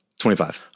25